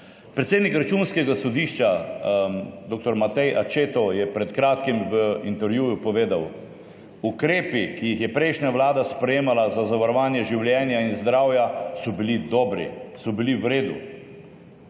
Predsednik Ustavnega sodišča dr. Matej Accetto je pred kratkim v intervjuju povedal: »Ukrepi, ki jih je prejšnja vlada sprejemala za zavarovanje življenja in zdravja, so bili dobri, so bili v redu,